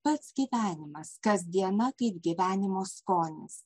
pats gyvenimas kasdiena kaip gyvenimo skonis